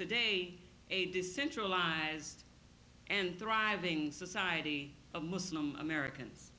today a decentralized and thriving society of muslim americans